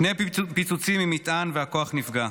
שני פיצוצים ממטען, והכוח נפגע.